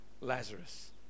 lazarus